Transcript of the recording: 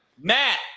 Matt